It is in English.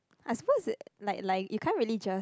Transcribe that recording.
I suppose that like like you can't really just